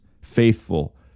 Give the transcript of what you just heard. faithful